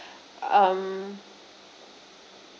um